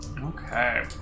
okay